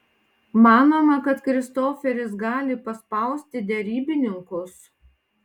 manoma kad kristoferis gali paspausti derybininkus